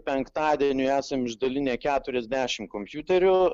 penktadieniui esam išdalinę keturiasdešimt kompiuterių